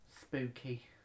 Spooky